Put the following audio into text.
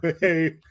Hey